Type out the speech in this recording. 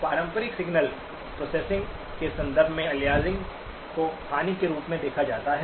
पारंपरिक signal processing के संदर्भ में अलियासिंग को हानि के रूप में देखा जाता है